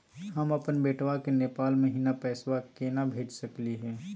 हम अपन बेटवा के नेपाल महिना पैसवा केना भेज सकली हे?